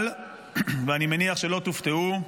אבל, ואני מניח שלא תופתעו,